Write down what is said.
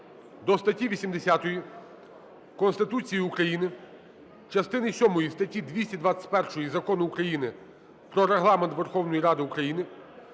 до статті 80 Конституції України, частини сьомої статті 221 Закону України "Про Регламент Верховної Ради України"